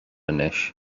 anois